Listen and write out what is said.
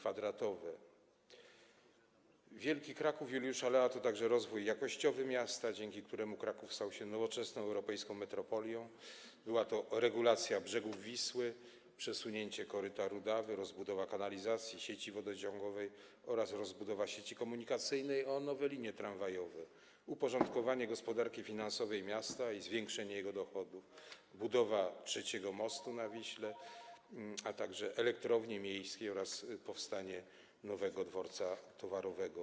Wielki Kraków Juliusza Lea to także rozwój jakościowy miasta, dzięki któremu Kraków stał się nowoczesną europejską metropolią - regulacja brzegów Wisły, przesunięcie koryta Rudawy, rozbudowa kanalizacji, sieci wodociągowej oraz rozbudowa sieci komunikacyjnej o nowe linie tramwajowe, uporządkowanie gospodarki finansowej miasta i zwiększenie jego dochodów, budowa trzeciego mostu na Wiśle, a także elektrowni miejskiej oraz powstanie nowego dworca towarowego.